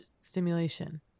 stimulation